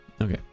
Okay